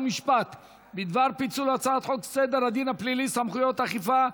חוק ומשפט בדבר פיצול הצעת חוק סדר הדין הפלילי (סמכויות אכיפה,